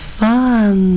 fun